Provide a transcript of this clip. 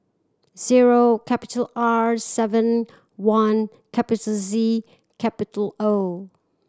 zero capital R seven one capital Z capital O